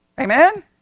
Amen